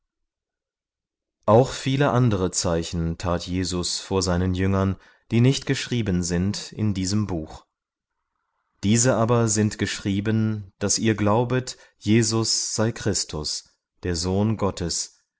auch viele andere zeichen tat jesus vor seinen jüngern die nicht geschrieben sind in diesem buch diese aber sind geschrieben daß ihr glaubet jesus sei christus der sohn gottes